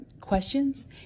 questions